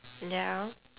ya